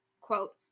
quote